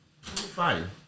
fire